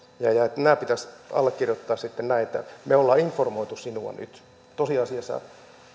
ja sanotaan että nämä pitäisi allekirjoittaa sitten näin että me olemme informoineet sinua nyt tosiasiassa